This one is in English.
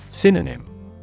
Synonym